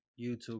YouTube